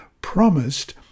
promised